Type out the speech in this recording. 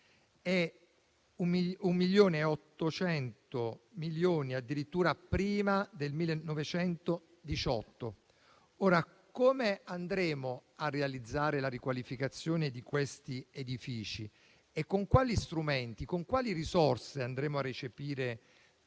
e ottocento addirittura prima del 1918. Come andremo a realizzare la riqualificazione di questi edifici? Con quali strumenti e con quali risorse andremo a recepire